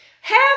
Half